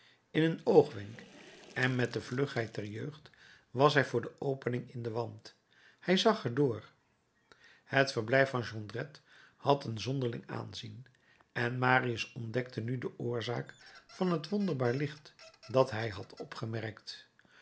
in een oogwenk en met de vlugheid der jeugd was hij voor de opening in den wand hij zag er door het verblijf van jondrette had een zonderling aanzien en marius ontdekte nu de oorzaak van het wonderbaar licht dat hij had opgemerkt